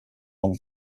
long